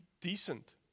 decent